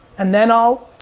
and then i'll,